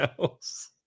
else